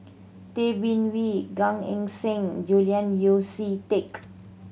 Tay Bin Wee Gan Eng Seng Julian Yeo See Teck